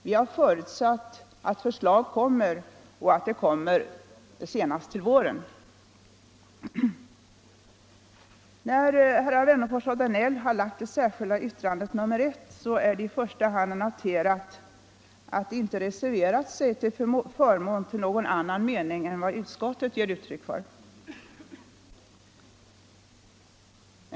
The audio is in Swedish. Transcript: Vi har förutsatt att förslag kommer — och att de kommer senast till våren. När herrar Wennerfors och Danell har framlagt det särskilda yttrandet nr I vid betänkandet nr 1 är det i första hand att notera att de inte har reserverat sig till förmån för någon annan mening än vad utskottet ger uttryck för.